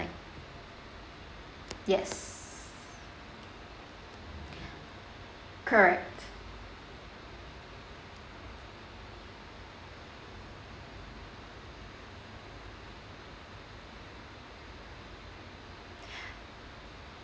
yes correct